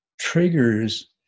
triggers